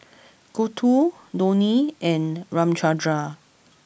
Gouthu Dhoni and Ramchundra